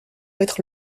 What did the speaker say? mettre